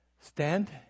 stand